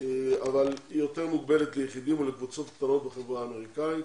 אבל היא יותר מוגבלת ליחידים ולקבוצות קטנות בחברה האמריקאית.